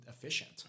efficient